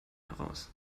heraus